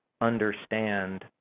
understand